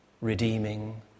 redeeming